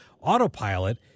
autopilot